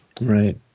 Right